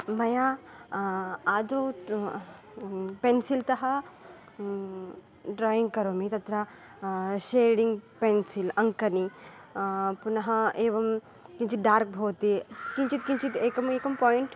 मया आदौ पेन्सिल्तः ड्रायिङ्ग् करोमि तत्र शेडिङ्ग् पेन्सिल् अङ्कनी पुनः एवं किञ्चित् डार्क् भवति किञ्चित् किञ्चित् एकं पायिण्ट्